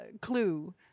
clue